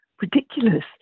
ridiculous